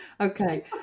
okay